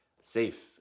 safe